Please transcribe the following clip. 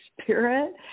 Spirit